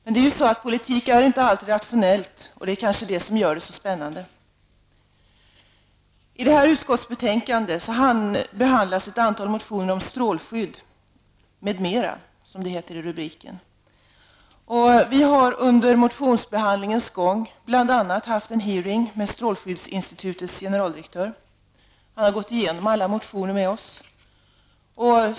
Men politik är inte alltid rationell, och det är kanske det som gör den så spännande. I detta utskottsbetänkande behandlas ett antal motioner om strålskydd m.m. Vi har under motionsbehandlingens gång bl.a. haft en hearing med strålskyddsinstitutets generaldirektör. Han har gått igenom alla motioner med oss.